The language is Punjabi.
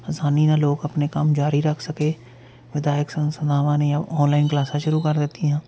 ਆਸਾਨੀ ਨਾਲ ਲੋਕ ਆਪਣੇ ਕੰਮ ਜਾਰੀ ਰੱਖ ਸਕੇ ਵਿਧਾਇਕ ਸੰਸਥਾਵਾਂ ਨੇ ਆਨਲਾਈਨ ਕਲਾਸਾਂ ਸ਼ੁਰੂ ਕਰ ਦਿੱਤੀਆਂ